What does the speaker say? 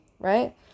right